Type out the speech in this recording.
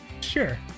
sure